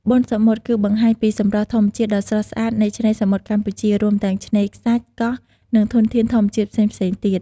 បុណ្យសមុទ្រ គឺបង្ហាញពីសម្រស់ធម្មជាតិដ៏ស្រស់ស្អាតនៃឆ្នេរសមុទ្រកម្ពុជា រួមទាំងឆ្នេរខ្សាច់ កោះ និងធនធានធម្មជាតិផ្សេងៗទៀត។